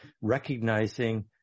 recognizing